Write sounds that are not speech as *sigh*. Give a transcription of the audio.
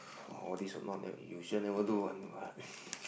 all this or not you sure never do one what *breath*